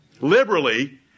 liberally